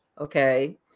okay